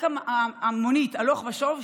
רק המונית הלוך ושוב,